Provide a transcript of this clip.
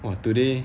!wah! today